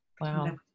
Wow